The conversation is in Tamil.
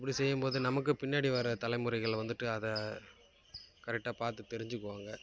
அப்படி செய்யும்போது நமக்கு பின்னாடி வர தலைமுறைகள் வந்துவிட்டு அதை கரெக்டாக பார்த்து தெரிஞ்சுக்குவாங்க